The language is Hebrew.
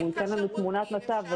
הוא ייתן לנו תמונת מצב.